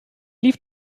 lief